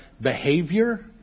behavior